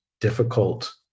difficult